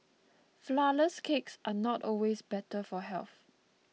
Flourless Cakes are not always better for health